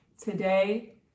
today